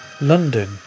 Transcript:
London